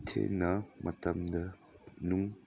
ꯊꯦꯡꯅ ꯃꯇꯝꯗ ꯅꯨꯡ